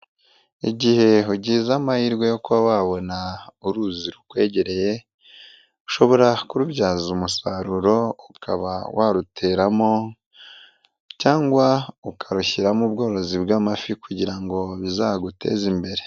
Igihe ugize amahirwe yo kuba wabona uruzi rukwegereye, ushobora kurubyaza umusaruro ukaba waruteramo cyangwa ukarushyiramo ubworozi bw'amafi kugira ngo bizaguteze imbere.